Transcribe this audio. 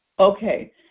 Okay